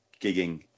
gigging